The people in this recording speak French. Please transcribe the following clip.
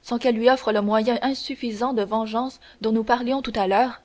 sans qu'elle lui offre le moyen insuffisant de vengeance dont nous parlions tout à l'heure